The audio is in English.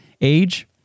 age